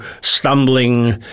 stumbling